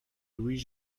louis